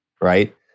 right